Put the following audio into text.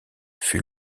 fut